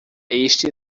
este